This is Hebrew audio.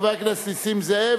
חבר הכנסת נסים זאב,